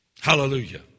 Hallelujah